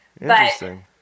Interesting